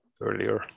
earlier